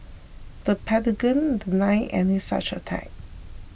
the pentagon denied any such attack